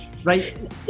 Right